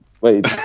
Wait